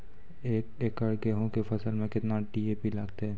एक एकरऽ गेहूँ के फसल मे केतना डी.ए.पी लगतै?